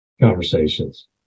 conversations